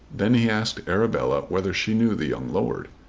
then he asked arabella whether she knew the young lord.